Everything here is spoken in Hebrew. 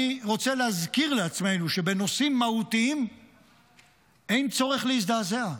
אני רוצה להזכיר לעצמנו שבנושאים מהותיים אין צורך להזדעזע,